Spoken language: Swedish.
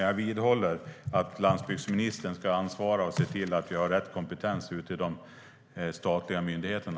Jag vidhåller dock att landsbygdsministern ska ansvara för detta och se till att det finns kompetens ute i de statliga myndigheterna.